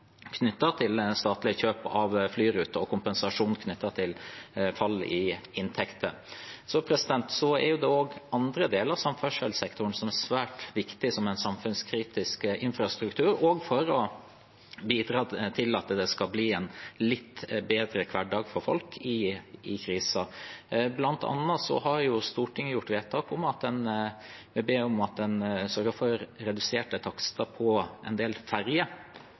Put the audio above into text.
knyttet til statlige kjøp av flyruter og kompensasjon for fall i inntekter. Så er det også andre deler av samferdselssektoren som er svært viktige som samfunnskritisk infrastruktur og for å bidra til at det skal bli en litt bedre hverdag for folk i denne krisen. Blant annet har Stortinget gjort vedtak der en ber om at en sørger for reduserte takster på en del